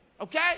okay